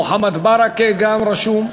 מוחמד ברכה גם רשום,